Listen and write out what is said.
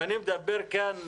ואני מדבר כאן,